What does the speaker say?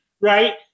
Right